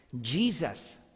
Jesus